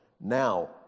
Now